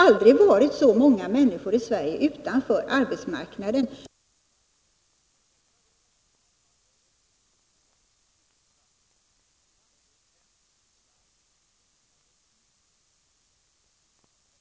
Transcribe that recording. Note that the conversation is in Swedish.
Aldrig tidigare har så många människor i Sverige stått utanför arbetsmarknaden, och det är väl om något ett bevis på hur olycklig politiken har varit.